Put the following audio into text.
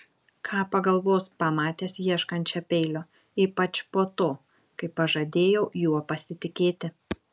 ką pagalvos pamatęs ieškančią peilio ypač po to kai pažadėjau juo pasitikėti